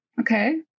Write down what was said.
Okay